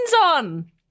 on